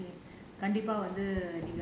mm okay